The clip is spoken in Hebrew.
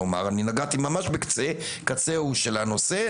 נגעתי ממש בקצה קצהו של הנושא.